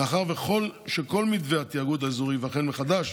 מאחר שכל מתווה התיאגוד האזורי ייבחן מחדש,